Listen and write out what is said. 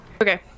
okay